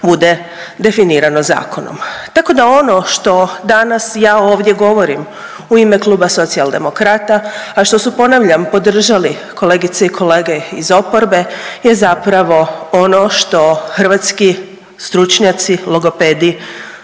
bude definirano zakonom. Tako da ono što danas ja ovdje govorim u ime Kluba Socijaldemokrata, a što su ponavljam podržali kolegice i kolege iz oporbe je zapravo ono što hrvatski stručnjaci logopedi